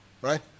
right